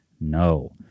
no